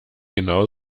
genau